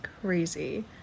crazy